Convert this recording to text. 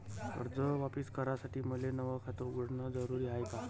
कर्ज वापिस करासाठी मले नव खात उघडन जरुरी हाय का?